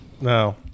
No